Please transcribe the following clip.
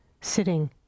sitting